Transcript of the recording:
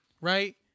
Right